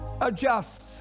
adjust